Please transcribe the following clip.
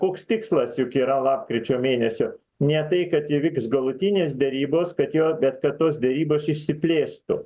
koks tikslas juk yra lapkričio mėnesio ne tai kad įviks galutinės derybos kad jo bet kad tos derybos išsiplėstų